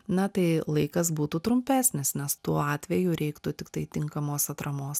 na tai laikas būtų trumpesnis nes tuo atveju reiktų tiktai tinkamos atramos